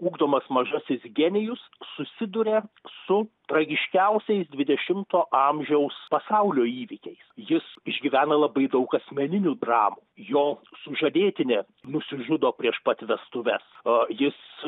ugdomas mažasis genijus susiduria su tragiškiausiais dvidešimto amžiaus pasaulio įvykiais jis išgyveno labai daug asmeninių dramų jo sužadėtinė nusižudo prieš pat vestuves a jis